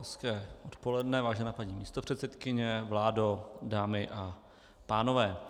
Hezké odpoledne, vážená paní místopředsedkyně, vládo, dámy a pánové.